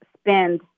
spend